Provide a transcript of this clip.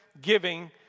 giving